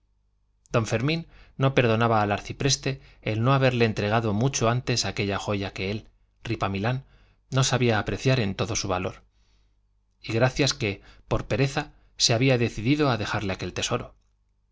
don fermín no perdonaba al arcipreste el no haberle entregado mucho antes aquella joya que él ripamilán no sabía apreciar en todo su valor y gracias que por pereza se había decidido a dejarle aquel tesoro